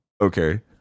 Okay